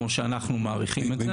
כמו שאנחנו מעריכים את זה.